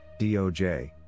DOJ